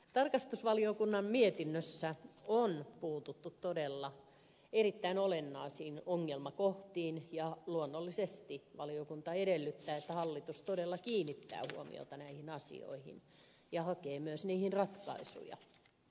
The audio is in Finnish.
tarkastusvaliokunnan mietinnössä on puututtu todella erittäin olennaisiin ongelmakohtiin ja luonnollisesti valiokunta edellyttää että hallitus todella kiinnittää huomiota näihin asioihin ja hakee myös niihin ratkaisuja